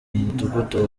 mudugudu